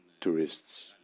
tourists